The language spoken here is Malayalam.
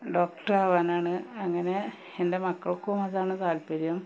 ഡോക്ടറാവാനാണ് അങ്ങനെ എൻ്റെ മക്കൾക്കും അതാണ് താത്പര്യം